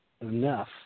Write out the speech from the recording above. enough